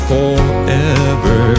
forever